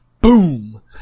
Boom